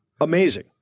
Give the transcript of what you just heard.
Amazing